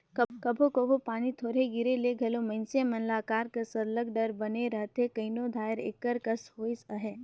कभों कभों पानी थोरहें गिरे ले घलो मइनसे मन ल अकाल कर सरलग डर बने रहथे कइयो धाएर एकर कस होइस अहे